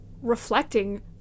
reflecting